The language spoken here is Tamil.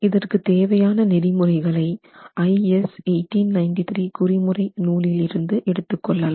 இதற்கு தேவையான நெறிமுறைகளை IS 1893 குறிமுறை நூலிலிருந்து எடுத்துக்கொள்ளலாம்